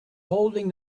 holding